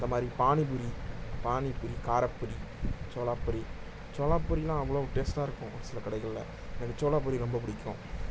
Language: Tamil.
இந்தமாதிரி பானிபூரி பானிபூரி காரப்பொரி சோளாப்பொரி சோளாப்பொரிலாம் அவ்வளோ டேஸ்டாக இருக்கும் சில கடைகளில் எனக்கு சோளாப்பொரி ரொம்ப பிடிக்கும்